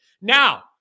Now